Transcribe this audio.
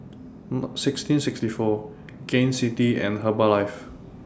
sixteen sixty four Gain City and Herbalife